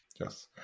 Yes